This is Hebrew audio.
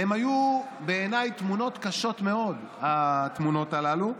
ובעיניי הן היו תמונות קשות מאוד, התמונות הללו.